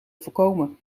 voorkomen